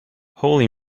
holy